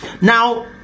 Now